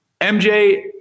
MJ